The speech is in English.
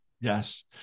Yes